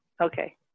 Okay